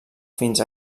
fins